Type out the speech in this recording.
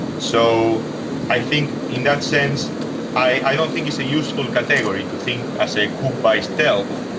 so i think in that sense i don't think it's a useful category to think as a coup by stealth,